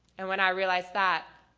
and when i realized that,